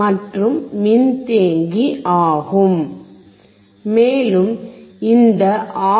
மற்றும் மின்தேக்கி ஆகும் மேலும் இந்த ஆர்